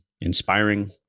inspiring